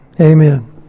Amen